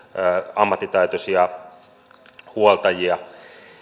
ammattitaitoisia huoltajia